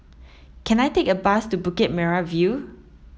can I take a bus to Bukit Merah View